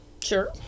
Sure